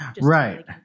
Right